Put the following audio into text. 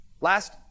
Last